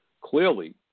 clearly